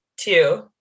two